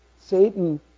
Satan